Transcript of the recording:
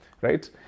Right